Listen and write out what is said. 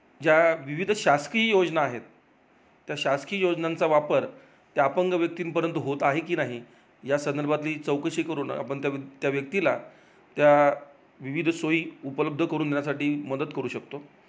ज्या विविध शासकीय योजना आहेत त्या शासकीय योजनांचा वापर त्या अपंग व्यक्तींपर्यंत होत आहे की नाही या संदर्भातली चौकशी करून आपण त्या व्य त्या व्यक्तीला त्या विविध सोई उपलब्ध करून देण्यासाठी मदत करू शकतो